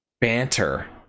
banter